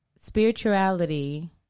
Spirituality